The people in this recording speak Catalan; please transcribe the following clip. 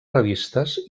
revistes